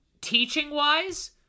teaching-wise